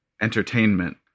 entertainment